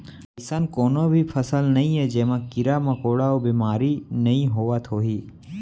अइसन कोनों भी फसल नइये जेमा कीरा मकोड़ा अउ बेमारी नइ होवत होही